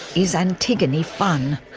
is antigone funn.